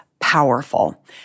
powerful